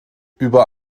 über